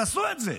תעשו את זה.